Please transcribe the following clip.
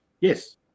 Yes